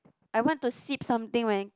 I want to sip something when